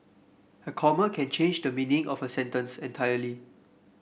a comma can change the meaning of a sentence entirely